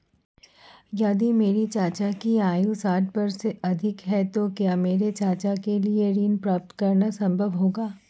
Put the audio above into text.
यदि मेरे चाचा की आयु साठ वर्ष से अधिक है तो क्या मेरे चाचा के लिए ऋण प्राप्त करना संभव होगा?